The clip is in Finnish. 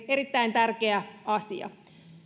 erittäin tärkeä asia